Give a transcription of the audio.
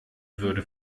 würde